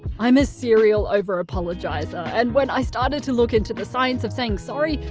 i'm a serial over apologiser and when i started to look into the science of saying sorry,